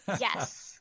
Yes